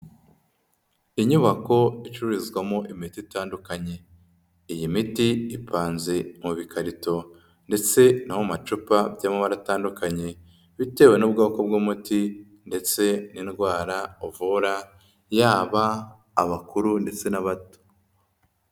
Inyubako icururizwamo imiti itandukanye. Iyi miti ipanze mu bikarito ndetse no mu macupa by'amabara atandukanye, bitewe n'ubwoko bw'umuti ndetse n'indwara uvura yaba abakuru ndetse n'abato.